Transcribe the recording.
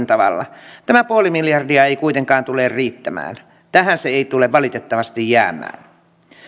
tavalla tämä nolla pilkku viisi miljardia ei kuitenkaan tule riittämään tähän se ei tule valitettavasti jäämään